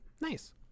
Nice